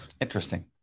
Interesting